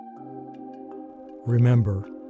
Remember